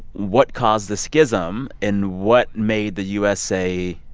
what caused the schism, and what made the u s. say,